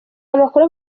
amakuru